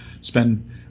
spend